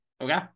Okay